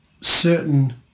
certain